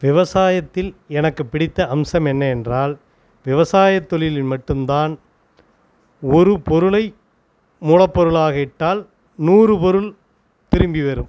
விவசாயத்தில் எனக்கு பிடித்த அம்சம் என்ன என்றால் விவசாயத் தொழிலில் மட்டும்தான் ஒரு பொருளை மூலப்பொருளாக இட்டால் நூறு பொருள் திரும்பி வரும்